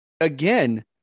again